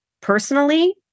personally